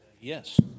Yes